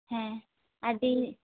ᱦᱮᱸ ᱟᱹᱰᱤ